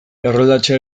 erroldatzea